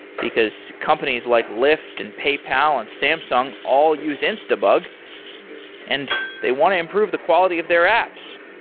because companies like lyft, and paypal, and samsung all use instabug and they want to improve the quality of their apps.